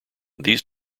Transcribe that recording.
these